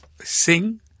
sing